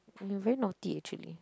you very naughty actually